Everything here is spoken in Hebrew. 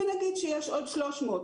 ונגיד שיש עוד 300,